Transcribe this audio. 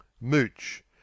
Mooch